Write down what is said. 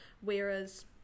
whereas